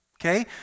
okay